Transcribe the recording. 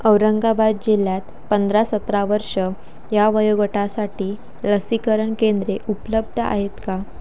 औरंगाबाद जिल्ह्यात पंधरा सतरा वर्षं या वयोगटासाठी लसीकरण केंद्रे उपलब्ध आहेत का